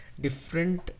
different